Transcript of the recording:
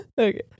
Okay